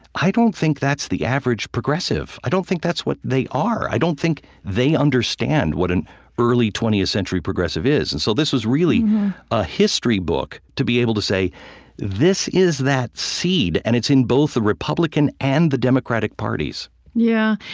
i don't think that's the average progressive. i don't think that's what they are. i don't think they understand what an early twentieth century progressive is. and so this is really a history book to be able to say this is that seed, and it's in both the republican and the democratic parties yeah.